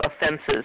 offenses